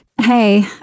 Hey